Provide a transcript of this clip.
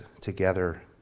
together